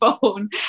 phone